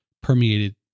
permeated